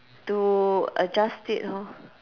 to adjust it lor